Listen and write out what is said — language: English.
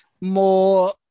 more